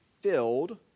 filled